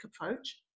approach